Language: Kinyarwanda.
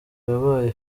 yabaye